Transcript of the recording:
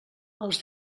els